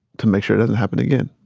to make sure it doesn't happen again.